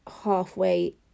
halfway